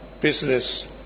business